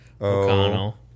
O'Connell